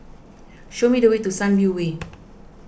show me the way to Sunview Way